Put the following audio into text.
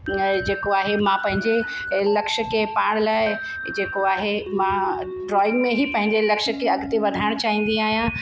इअं जेको आहे मां पंहिंजे लक्ष्य खे पाणि लाइ जेको आहे मां ड्रॉइंग में ही पंहिंजे लक्ष्य खे अॻिते वधाइणु चाहींदी आहियां